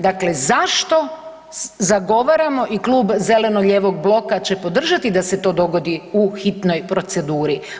Dakle, zašto zagovaramo i Klub zeleno-lijevog bloka će podržati da se to dogodi u hitnoj proceduri.